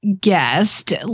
guest